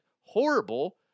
horrible